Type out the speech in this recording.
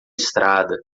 estrada